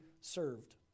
served